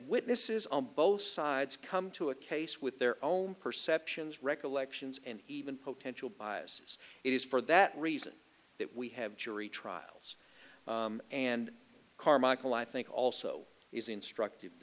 witnesses on both sides come to a case with their own perceptions recollections and even potential biases it is for that reason that we have jury trials and carmichael i think also is instruct